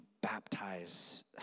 baptize